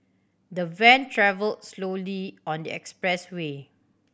the van travelled slowly on the expressway